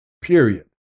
period